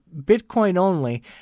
Bitcoin-only